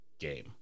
Game